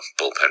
bullpen